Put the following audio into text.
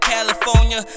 California